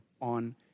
on